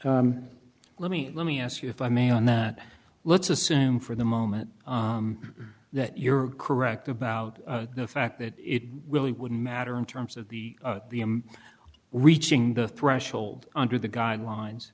floor let me let me ask you if i may on that let's assume for the moment that you're correct about the fact that it really wouldn't matter in terms of the the i'm reaching the threshold under the guidelines